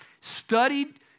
studied